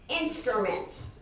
instruments